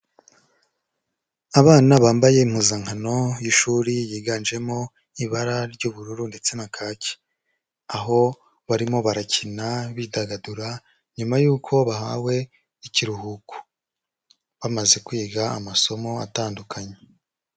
Abana bambaye impuzankano y'ishuri yiganjemo ibara ry'ubururu ndetse na kake, aho barimo barakina bidagadura nyuma y'uko bahawe ikiruhuko, bamaze kwiga amasomo atandukanye.